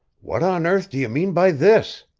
what on earth do you mean by this?